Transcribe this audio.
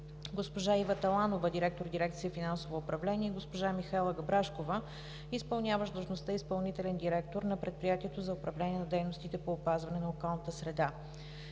госпожа Ива Таланова – директор на дирекция „Финансово управление“, и госпожа Михаела Габрашкова – изпълняващ длъжността изпълнителен директор на Предприятието за управление на дейностите по опазване на околната среда;